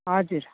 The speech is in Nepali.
हजुर